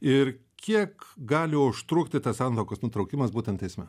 ir kiek gali užtrukti tas santuokos nutraukimas būtent teisme